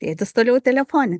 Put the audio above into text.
tėtis toliau telefone